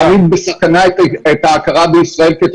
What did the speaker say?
לצורך סיוע למשרד הבריאות בביצוע חקירות אפידמיולוגיות שמטרתן